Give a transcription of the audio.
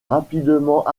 rapidement